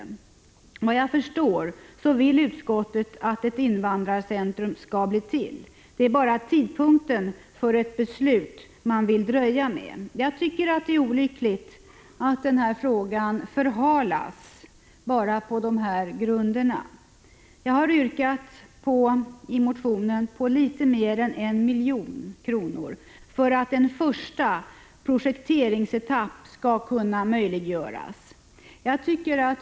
Efter vad jag förstår vill utskottet att ett invandrarcentrum skall bli till, det är bara tidpunkten för ett beslut som man vill skjuta på. Jag tycker att det är olyckligt om denna fråga förhalas på bara dessa grunder. Vi har i motionen yrkat på litet mer än 1 miljon, för att en första projekteringsetapp skall kunna möjliggöras.